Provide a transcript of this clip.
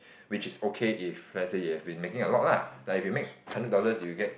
which is okay if let's say you've been making a lot lah like if you make hundred dollars you'll get